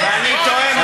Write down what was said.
אני תוהה מה היה,